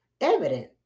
evident